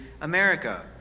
America